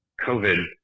COVID